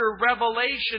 revelation